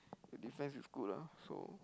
their defense is is good lah so